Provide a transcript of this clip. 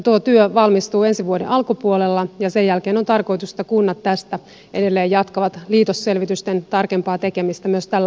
tuo työ valmistuu ensi vuoden alkupuolella ja sen jälkeen on tarkoitus että kunnat tästä edelleen jatkavat liitosselvitysten tarkempaa tekemistä myös tällä alueella